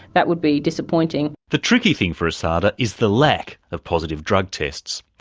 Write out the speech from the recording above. that would be disappointing. the tricky thing for asada is the lack of positive drug tests.